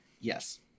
Yes